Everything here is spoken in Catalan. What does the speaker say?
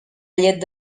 llet